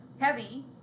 heavy